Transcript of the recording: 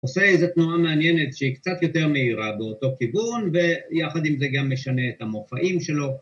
עושה איזו תנועה מעניינת שהיא קצת יותר מהירה באותו כיוון ויחד עם זה גם משנה את המופעים שלו